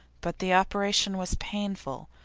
but the operation was painful,